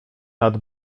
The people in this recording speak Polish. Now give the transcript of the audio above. nad